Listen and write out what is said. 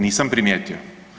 Nisam primijetio.